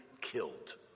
killed